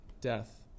death